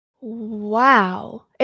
Wow